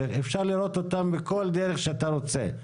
אפשר לראות אותם בכל דרך שאתה רוצה.